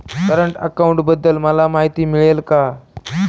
Current अकाउंटबद्दल मला माहिती मिळेल का?